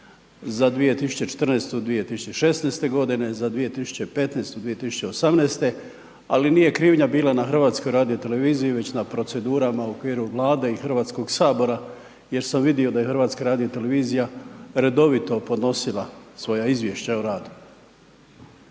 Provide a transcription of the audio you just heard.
za 2014.-tu 2016.-te godine, za 2015.-tu 2018.-te, ali nije krivnja bila na Hrvatskoj radio televiziji već na procedurama u okviru Vlade i Hrvatskog sabora, jer sam vidio da je Hrvatska radio televizija redovito podnosila svoja Izvješća o radu.